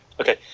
Okay